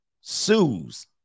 sues